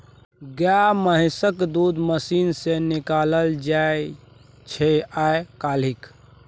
गाए महिषक दूध मशीन सँ निकालल जाइ छै आइ काल्हि